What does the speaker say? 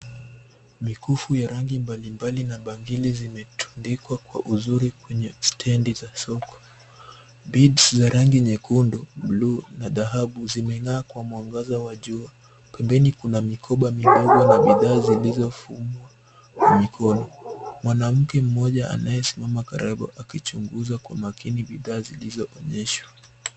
Mikufu ya rangi mbalimbali na bangili zimetundikwa kwa uzuri kwenye stendi za soko. Beads za rangi nyekundu, buluu, na dhahabu, zimeng'aa kwa mwangaza wa juu. Pembeni kuna mikoba midogo na bidhaa zilizofungwa kwenye koni, mwanamke mmoja anayesimama karibu akichunguza kwa umakini bidhaa zilizoonyeshwa.